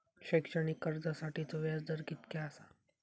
शैक्षणिक कर्जासाठीचो व्याज दर कितक्या आसा?